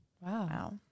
Wow